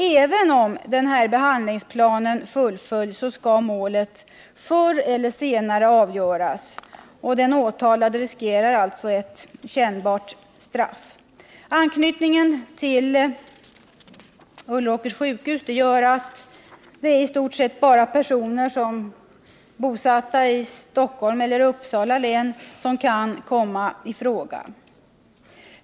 Även om behandlingsplanen fullföljs, skall målet förr eller senare avgöras, och den åtalade riskerar ett kännbart straff. Anknytningen till Ulleråkers sjukhus gör att det i stort sett bara är personer från Uppsala och Stockholms län som kan komma i fråga.